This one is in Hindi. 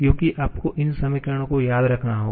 क्योंकि आपको इन समीकरणों को याद रखना होगा